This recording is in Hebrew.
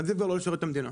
עדיף כבר לא לשרת את המדינה.